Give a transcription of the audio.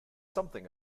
something